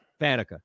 Fanica